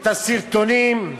את הסרטונים,